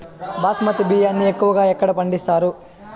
బాస్మతి బియ్యాన్ని ఎక్కువగా ఎక్కడ పండిస్తారు?